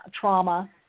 trauma